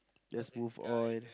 just move on